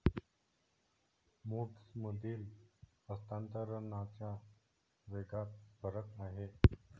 मोड्समधील हस्तांतरणाच्या वेगात फरक आहे